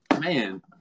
Man